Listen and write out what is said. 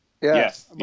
Yes